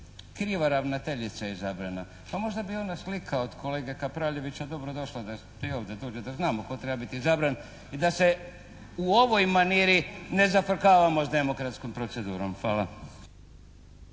kriva ravnateljica izabrana, pa možda bi ona slika od kolege Kapraljevića dobro došla, da i ovdje dođe, da znamo tko treba biti izabran i da se u ovoj maniri ne zafrkavamo s demokratskom procedurom. Hvala.